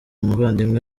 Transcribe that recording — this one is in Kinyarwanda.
muvandimwe